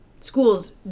Schools